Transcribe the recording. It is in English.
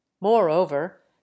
Moreover